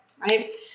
right